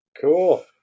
Cool